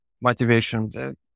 motivation